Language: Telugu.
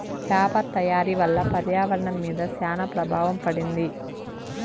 పేపర్ తయారీ వల్ల పర్యావరణం మీద శ్యాన ప్రభావం పడింది